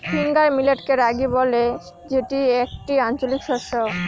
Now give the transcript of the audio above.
finger মিলেটকে রাগি বলে যেটি একটি আঞ্চলিক শস্য